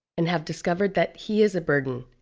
and have discovered that he is a burden,